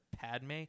Padme